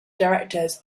directors